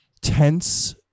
Tense